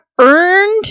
earned